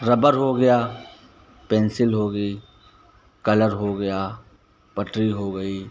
rubber हो गया pencil हो गई कलर हो गया पटरी हो गई